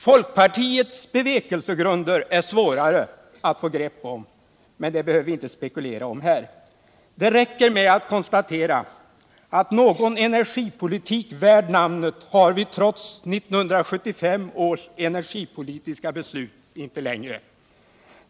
Folkpartiets bevekelsegrunder är svårare att få grepp om, men det behöver vi inte spekulera över här. Det räcker med att konstatera att någon energipolitik värd namnet har vi inte längre trots 1975 års energipolitiska beslut.